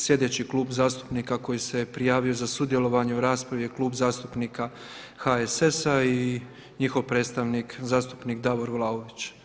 Slijedeći klub zastupnika koji se je prijavio za sudjelovanje u raspravi je Klub zastupnika HSS-a i njihov predstavnik zastupnik Davor Vlaović.